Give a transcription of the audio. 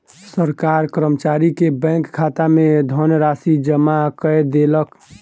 सरकार कर्मचारी के बैंक खाता में धनराशि जमा कय देलक